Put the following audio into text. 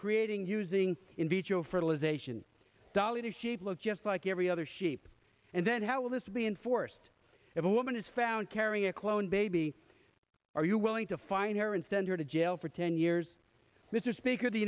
creating using in vitro fertilization dolly the sheep look just like every other sheep and then how will this be enforced if a woman is found carrying a cloned baby are you willing to find her and send her to jail for ten years mr speaker the